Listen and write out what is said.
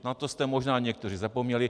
Na to jste možná někteří zapomněli.